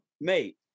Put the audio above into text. mate